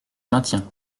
maintiens